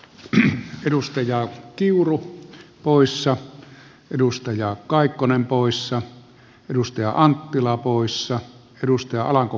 li edustajaa kiuru poissa edustajaa kaikkonen poissa edustaja anttila oyssä edustaja alanko